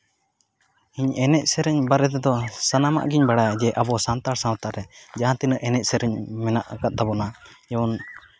ᱤᱧ ᱮᱱᱮᱡ ᱥᱮᱨᱮᱧ ᱵᱟᱨᱮᱛᱮᱫᱚ ᱥᱟᱱᱟᱢᱟᱜ ᱜᱤᱧ ᱵᱟᱲᱟᱭᱟ ᱡᱮ ᱟᱵᱚ ᱥᱟᱱᱛᱟᱲ ᱥᱟᱶᱛᱟ ᱨᱮ ᱡᱟᱦᱟᱸ ᱛᱤᱱᱟᱹᱜ ᱮᱱᱮᱡ ᱥᱮᱨᱮᱧ ᱢᱮᱱᱟᱜ ᱟᱠᱟᱜ ᱛᱟᱵᱚᱱᱟ ᱡᱮᱢᱚᱱ